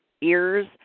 ears